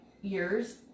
years